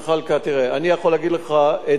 אני יכול להגיד לך את דעתי האישית.